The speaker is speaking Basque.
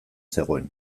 zegoen